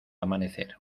amanecer